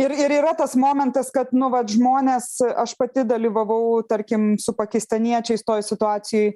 ir ir yra tas momentas kad nu vat žmonės aš pati dalyvavau tarkim su pakistaniečiais toj situacijoj